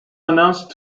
announced